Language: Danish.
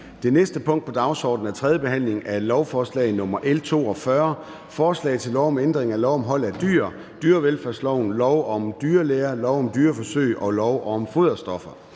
Det næste punkt på dagsordenen er: 4) 3. behandling af lovforslag nr. L 42: Forslag til lov om ændring af lov om hold af dyr, dyrevelfærdsloven, lov om dyrlæger, lov om dyreforsøg og lov om foderstoffer.